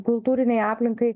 kultūrinei aplinkai